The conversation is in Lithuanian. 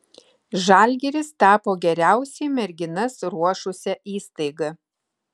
žalgiris tapo geriausiai merginas ruošusia įstaiga